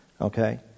Okay